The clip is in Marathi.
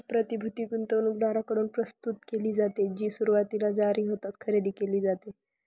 प्रतिभूती गुंतवणूकदारांकडून प्रस्तुत केली जाते, जी सुरुवातीला जारी होताच खरेदी केली जाते